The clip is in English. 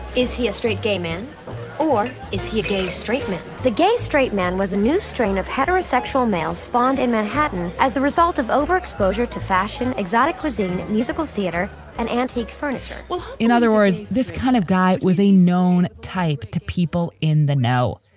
is he a straight gay man or is he a gay straight man? the gay straight man was a new strain of heterosexual males spawned in manhattan as a result of overexposure to fashion, exotic cuisine, musical theater and antique furniture well, in other words, this kind of guy was a known type to people in the know,